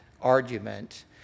argument